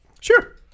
Sure